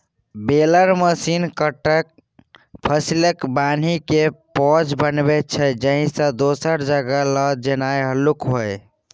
baler machine कटल फसलकेँ बान्हिकेँ पॉज बनाबै छै जाहिसँ दोसर जगह लए जेनाइ हल्लुक होइ